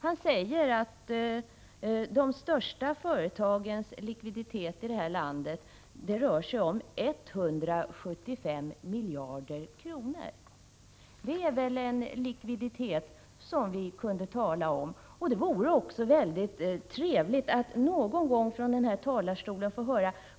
Han säger att de största företagens likviditet rör sig om 175 miljarder kronor. Det är väl en likviditet som vi kunde tala om någon gång från denna talarstol.